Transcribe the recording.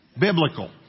Biblical